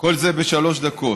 כל זה בשלוש דקות.